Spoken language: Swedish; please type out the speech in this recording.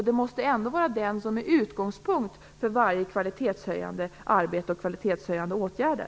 Det måste ju ändå vara den som är utgångspunkt för allt kvalitetshöjande arbete och för alla kvalitetshöjande åtgärder.